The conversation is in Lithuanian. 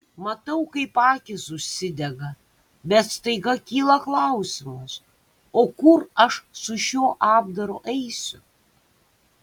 matau kaip akys užsidega bet staiga kyla klausimas o kur aš su šiuo apdaru eisiu